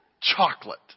chocolate